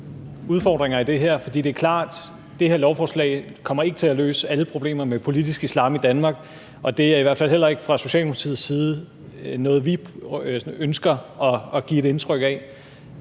udfordringer i det her. For det er klart, at det her lovforslag ikke kommer til at løse alle problemer med politisk islam i Danmark, og det er i hvert fald heller ikke fra Socialdemokratiets side noget, vi ønsker at give indtryk af.